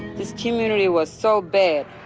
this community was so bad.